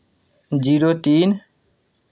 zero तीन